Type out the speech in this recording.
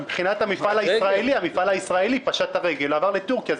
אבל מבחינת המפעל הישראלי המפעל הישראלי פשט את הרגל ועבר לטורקיה.